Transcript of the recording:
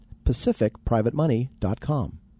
PacificPrivateMoney.com